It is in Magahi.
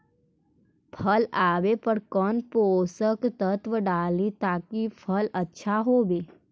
फल आबे पर कौन पोषक तत्ब डाली ताकि फल आछा होबे?